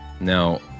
Now